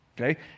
okay